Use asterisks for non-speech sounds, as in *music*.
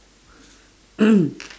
*coughs*